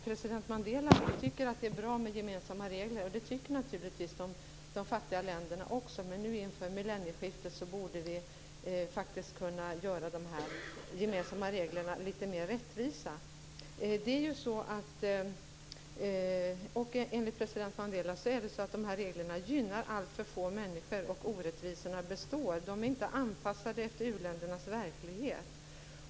President Mandela tycker att det är bra med gemensamma regler, och det tycker naturligtvis de fattiga länderna också. Men nu inför millennieskiftet borde vi kunna göra de här gemensamma reglerna litet mer rättvisa. Enligt president Mandela gynnar de här reglerna alltför få människor och orättvisorna består. De är inte anpassade efter u-ländernas verklighet.